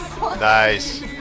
Nice